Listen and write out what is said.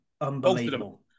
unbelievable